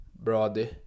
brother